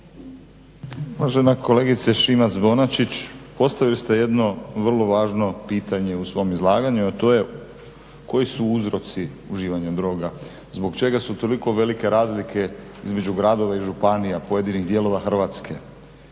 Uvažena kolegice Šimac-Bonačić, postavili ste jedno vrlo važno pitanje u svom izlaganju, a to je koji su uzroci uživanja droga, zbog čega su toliko velike razlike između gradova i županija, pojedinih dijelova Hrvatske.